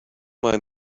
mind